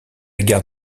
gare